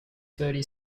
thirty